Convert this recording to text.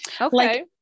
Okay